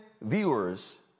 viewers